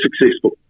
successful